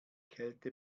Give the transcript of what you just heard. kälte